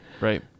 right